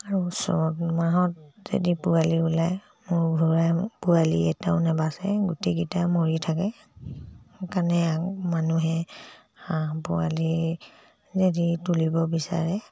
আৰু ওচৰত মাহত যদি পোৱালি ওলায় মোৰ ঘূৰাই পোৱালি এটাও নাবাচে গোটেইকেইটা মৰি থাকে সেইকাৰণে মানুহে হাঁহ পোৱালি যদি তুলিব বিচাৰে